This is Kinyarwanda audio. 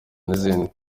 n’izindi